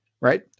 right